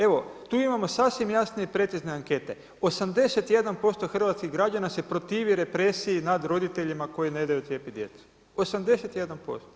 Evo, tu imamo sasvim jasne i precizne ankete, 81% hrvatskih građana se protivi represiji nad roditeljima koji ne daju cijepiti djecu, 81%